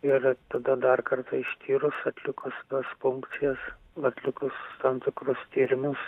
ir tada dar kartą ištyrus atlikus tas funkcijas atlikus tam tikrus tyrimus